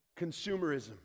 consumerism